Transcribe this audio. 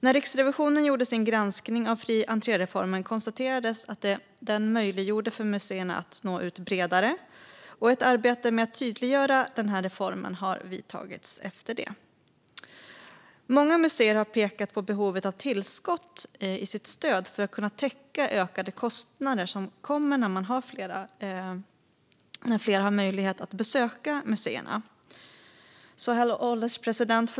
När Riksrevisionen gjorde sin granskning av fri entré-reformen konstaterades att den möjliggjorde för museerna att nå ut bredare, och ett arbete med att tydliggöra reformen har därefter påbörjats. Många museer har pekat på behovet av tillskott till stödet för att kunna täcka de ökade kostnader som blir när fler har möjlighet att besöka museerna. Herr ålderspresident!